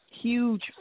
Huge